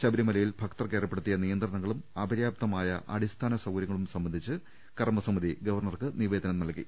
ശ്ബരിമലയിൽ ഭക്തർക്ക് ഏർപ്പെ ടുത്തിയ നിയന്ത്രണങ്ങളും അപര്യാപ്തമായിഅടിസ്ഥാന സൌകര്യങ്ങളും സംബന്ധിച്ച് കർമ്മ സമിതി ഗവർണർക്ക് നിവേദനം നൽകി